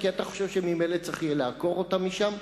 כי אתה חושב שממילא צריך יהיה לעקור אותם משם.